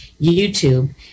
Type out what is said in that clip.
YouTube